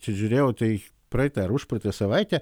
čia žiūrėjau tai praeitą ar užpraeitą savaitę